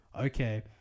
okay